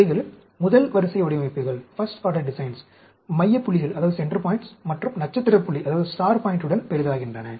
இவைகள் முதல் வரிசை வடிவமைப்புகள் மைய புள்ளிகள் மற்றும் நட்சத்திர புள்ளியுடன் பெரிதாகின்றன